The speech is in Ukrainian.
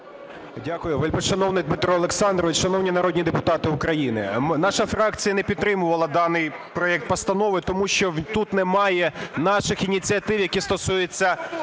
Дякую. Вельмишановний Дмитро Олександрович, шановні народні депутати України! Наша фракція не підтримувала даний проект постанови, тому що тут немає наших ініціатив, які стосуються